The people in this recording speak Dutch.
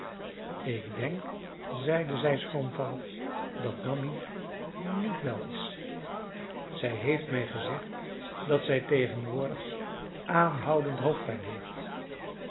ik denk zeide zij schroomvallig dat mammy niet wel is zij heeft mij gezegd dat zij tegenwoordig aanhoudend hoofdpijn heeft